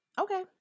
okay